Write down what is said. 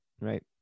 right